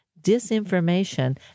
disinformation